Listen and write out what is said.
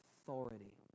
authority